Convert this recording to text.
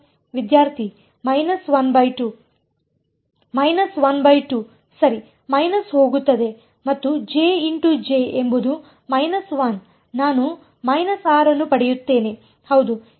ವಿದ್ಯಾರ್ಥಿ 12 12 ಅಥವಾ −12 ವಿದ್ಯಾರ್ಥಿ −12 −12 ಸರಿ ಮೈನಸ್ ಹೋಗುತ್ತದೆ ಮತ್ತು ಎಂಬುದು −1 ನಾನು −r ಅನ್ನು ಪಡೆಯುತ್ತೇನೆ ಹೌದು